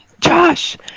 Josh